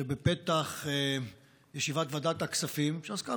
שבפתח ישיבת ועדת הכספים שעסקה,